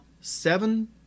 seven